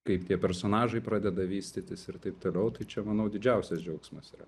kaip tie personažai pradeda vystytis ir taip toliau tai čia manau didžiausias džiaugsmas yra